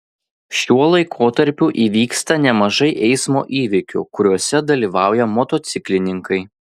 šiuo laikotarpiu įvyksta nemažai eismo įvykių kuriuose dalyvauja motociklininkai